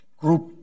group